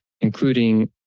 including